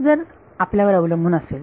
जर आपल्यावर अवलंबून असेल